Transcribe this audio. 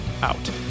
out